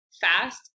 fast